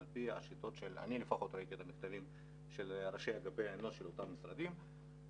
אני ראיתי את המכתבים של ראשי אגפי משאבי אנוש של אותם משרדים,